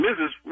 Mrs